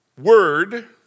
word